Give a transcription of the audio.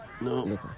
No